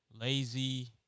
lazy